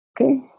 okay